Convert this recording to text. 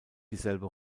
dieselbe